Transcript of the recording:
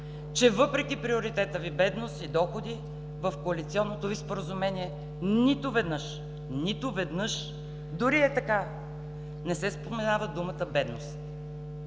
че въпреки приоритета Ви – бедност и доходи, в коалиционното Ви споразумение нито веднъж, нито веднъж – дори ей така, не се споменава думата „бедност“,